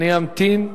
אני אמתין.